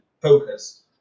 focus